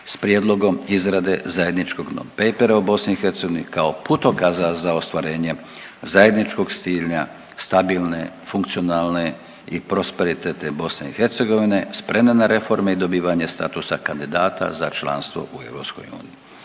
s prijedlogom izrade zajedničkog non-papera o BiH kao putokaza za ostvarenje zajedničkog cilja stabilne, funkcionalne i prosperitetne BiH spremne na reforme i dobivanje statusa kandidata za članstvo u EU.